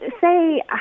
say